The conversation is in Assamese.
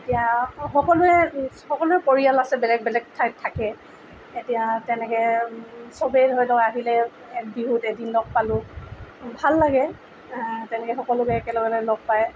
এতিয়া সকলোৱে সকলোৰে পৰিয়াল আছে বেলেগ বেলেগ ঠাইত থাকে এতিয়া তেনেকৈ চবেই ধৰি লওক আহিলে বিহুত এদিন লগ পালোঁ ভাল লাগে তেনেকৈ সকলোকে একেলগতে লগ পাই